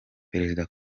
perezida